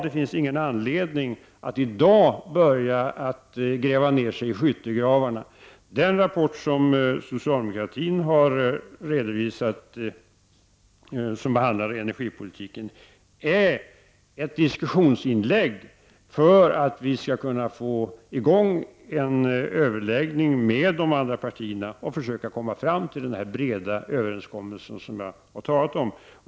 Det finns ingen anledning att i dag börja gräva ner sig i skyttegravar. Den av socialdemokraterna framlagda rapporten om energipolitiken är ett diskussionsinlägg för att vi skall kunna få i gång en överläggning med de andra partierna och försöka komma fram till den breda överenskommelse som jag har talat om.